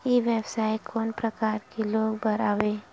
ई व्यवसाय कोन प्रकार के लोग बर आवे?